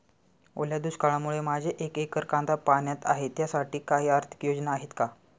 ओल्या दुष्काळामुळे माझे एक एकर कांदा पाण्यात आहे त्यासाठी काही आर्थिक योजना आहेत का?